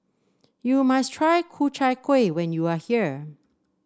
you must try Ku Chai Kueh when you are here